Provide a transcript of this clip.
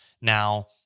Now